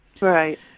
Right